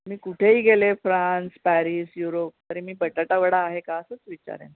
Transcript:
मी कुठेही गेले France Paris Europe तरी मी बटाटावडा आहे का असंच विचारेन